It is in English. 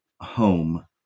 home